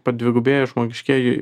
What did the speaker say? padvigubėjo žmogiškieji